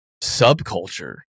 subculture